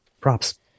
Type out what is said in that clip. Props